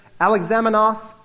Alexamenos